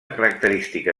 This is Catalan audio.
característica